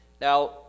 Now